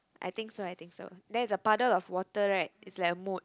I think so I think so there's a puddle of water right is like a mud